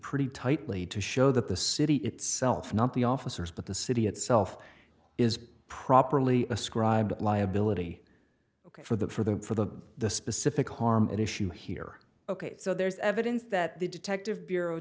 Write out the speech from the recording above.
pretty tightly to show that the city itself not the officers but the city itself is properly ascribed to liability ok for the for the for the the specific harm at issue here ok so there's evidence that the detective bureau